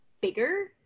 bigger